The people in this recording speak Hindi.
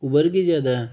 उबर की ज़्यादा है